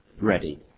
ready